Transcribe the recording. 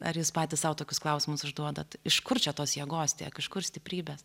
ar jūs patys sau tokius klausimus užduodat iš kur čia tos jėgos tiek kažkur stiprybės